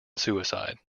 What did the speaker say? suicide